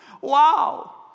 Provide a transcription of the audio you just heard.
wow